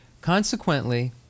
Consequently